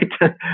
right